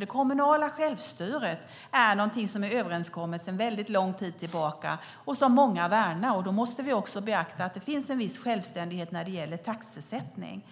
Det kommunala självstyret är överenskommet sedan lång tid tillbaka och värnas av många, och då måste vi också beakta att det finns en viss självständighet när det gäller taxesättning.